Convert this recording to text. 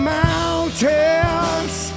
mountains